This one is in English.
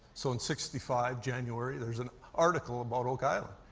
so in sixty five, january, there is an article about oak island.